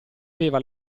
aveva